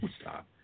Stop